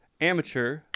amateur